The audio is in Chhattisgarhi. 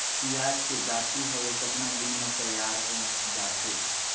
पियाज के गाछी हवे कतना दिन म तैयार हों जा थे?